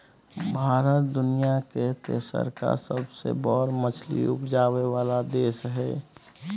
भारत दुनिया के तेसरका सबसे बड़ मछली उपजाबै वाला देश हय